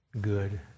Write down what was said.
good